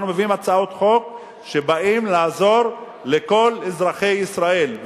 אנחנו מביאים הצעות חוק שבאות לעזור לכל אזרחי ישראל.